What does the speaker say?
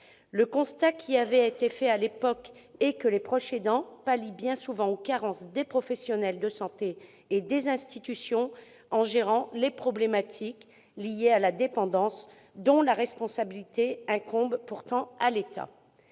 Le constat fait à l'époque est que les proches aidants pallient bien souvent les carences des professionnels de santé et des institutions, en gérant les problématiques liées à la dépendance, dont la responsabilité incombe pourtant à l'État.